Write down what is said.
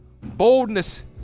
boldness